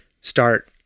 start